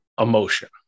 emotion